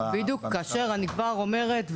כאשר אני כבר אומרת,